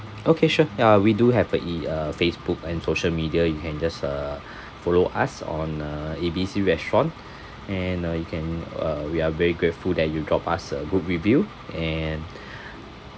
okay sure ya we do have a e~ uh facebook and social media you can just uh follow us on uh A B C restaurant and uh you can uh we are very grateful that you drop us a good review and